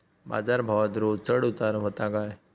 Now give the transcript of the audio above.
बाजार भावात रोज चढउतार व्हता काय?